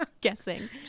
guessing